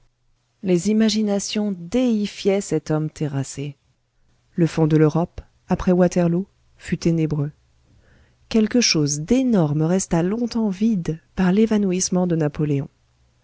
les imaginations déifiaient cet homme terrassé le fond de l'europe après waterloo fut ténébreux quelque chose d'énorme resta longtemps vide par l'évanouissement de napoléon